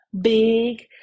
big